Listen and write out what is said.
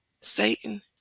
Satan